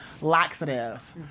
laxatives